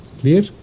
Clear